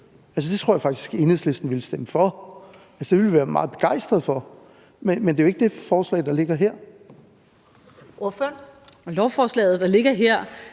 Det tror jeg faktisk Enhedslisten ville stemme for – altså, det ville vi være meget begejstret for. Men det er jo ikke det forslag, der ligger her.